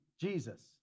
Jesus